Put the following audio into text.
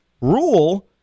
rule